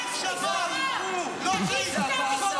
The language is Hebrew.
אז לא צריך משטרה,